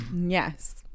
yes